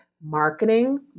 marketing